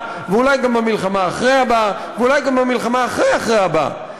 ואולי גם במלחמה אחרי הבאה ואולי גם במלחמה אחרי-אחרי הבאה,